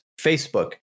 Facebook